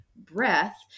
breath